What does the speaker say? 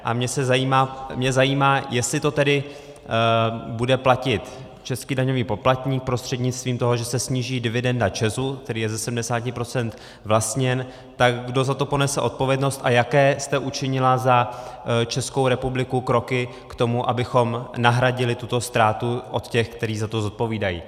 A mě zajímá, jestli to tedy bude platit český daňový poplatník prostřednictvím toho, že se sníží dividenda ČEZu, který je ze 70 % vlastněn, tak kdo za to ponese odpovědnost, a jaké jste učinila za Českou republiku kroky k tomu, abychom nahradili tuto ztrátu od těch, kteří za to zodpovídají.